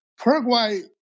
Paraguay